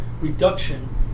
reduction